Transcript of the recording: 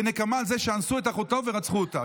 כנקמה על זה שאנסו את אחותו ורצחו אותה.